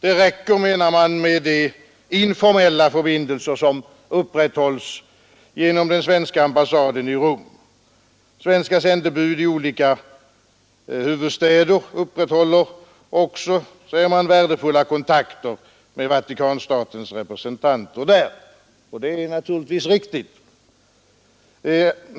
Det räcker, menar utskottet, med de informella förbindelser som upprätthålles genom den svenska ambassaden i Rom. Utskottet skriver också att svenska sändebud i olika huvudstäder upprätthåller värdefulla kontakter med Vatikanstatens utsända representanter och det är naturligtvis riktigt.